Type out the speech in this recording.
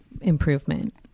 improvement